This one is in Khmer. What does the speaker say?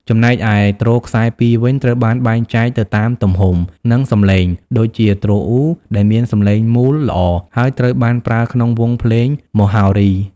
ចំណែកឯទ្រខ្សែពីរវិញ ត្រូវបានបែងចែកទៅតាមទំហំ និងសំឡេង ដូចជា ទ្រអ៊ូ ដែលមានសំឡេងមូលល្អ ហើយត្រូវបានប្រើក្នុងវង់ភ្លេងមហោរី។